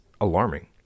alarming